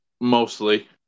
Mostly